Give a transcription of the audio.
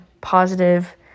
positive